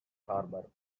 harbour